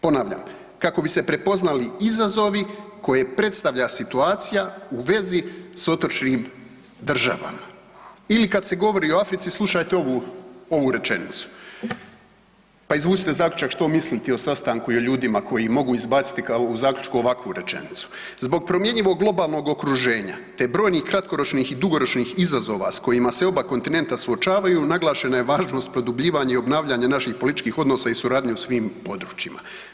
Ponavljam, „kako bi se prepoznali izazovi koje predstavlja situacija u vezi s otočnim državama“ ili kada se govori o Africi slušajte ovu rečenicu pa izvucite zaključak što misliti o sastanku i o ljudima koji mogu izbaciti u zaključku ovakvu rečenicu „zbog promjenjivog lokalnog okruženja te brojnih kratkoročnih i dugoročnih izazova s kojima se oba kontinenta suočavaju naglašena je važnost produbljivanja i obnavljanja naših političkih odnosa i suradnje u svim područjima“